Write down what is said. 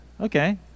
okay